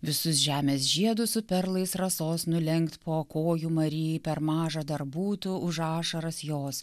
visus žemės žiedus su perlais rasos nulenkt po kojų marijai per maža dar būtų už ašaras jos